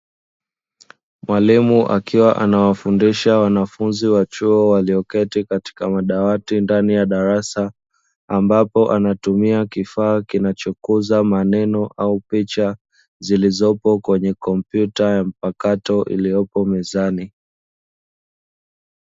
Mwalimu akiwa anawafundisha wanafunzi wa chuo walioketi katika madawati ndani ya darasa, ambapo anatumia kifaa kinachokuza maneno au picha zilizopo kwenye kompyuta ya mpakato iliyopo mezani.